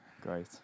Great